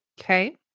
okay